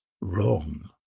wrong